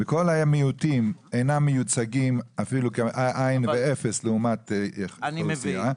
וכל המיעוטים אינם מיוצגים אפילו כאין וכאפס לעומת שאר האוכלוסייה.